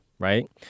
Right